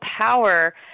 power